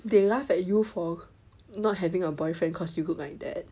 they laugh at you for not having a boyfriend cause you look like that